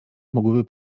mogłyby